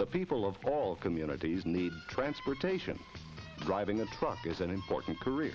the people of all communities need transportation driving a truck is an important career